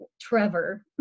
Trevor